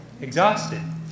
exhausted